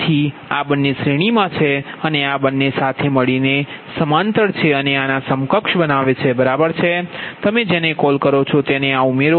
તેથી આ બંને શ્રેણીમાં છે અને આ બંને સાથે મળીને છેતે સમાંતર છે અને આના સમકક્ષ બનાવે છે બરાબર છે અને તમે જેને કોલ કરો છો તેને આ ઉમેરો